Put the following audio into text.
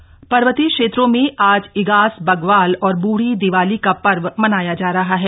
ईगास बग्वाल पर्वतीय क्षेत्रों में आज ईगास बग्वाल और बूढ़ी दीवाली का पर्व मनाया जा रहा है